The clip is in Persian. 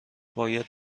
باید